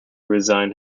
resigned